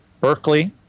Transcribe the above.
Berkeley